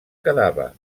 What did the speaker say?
quedava